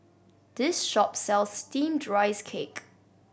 this shop sells Steamed Rice Cake